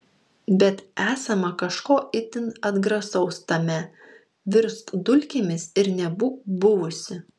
bet esama kažko itin atgrasaus tame virsk dulkėmis ir nebūk buvusi